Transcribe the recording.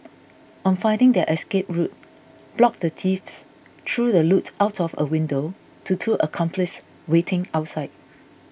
on finding their escape route blocked the thieves threw the loot out of a window to two accomplices waiting outside